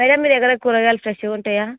madam మీ దగ్గర కూరగాయలు ఫ్రెష్గా ఉంటాయా